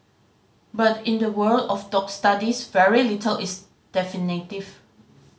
but in the world of dog studies very little is definitive